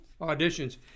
Auditions